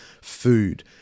food